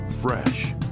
fresh